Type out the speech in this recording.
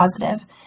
positive